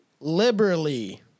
liberally